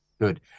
Good